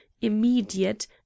immediate